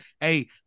hey